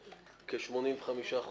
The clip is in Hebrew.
שכ-85%,